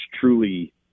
truly